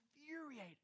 infuriated